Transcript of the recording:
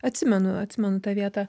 atsimenu atsimenu tą vietą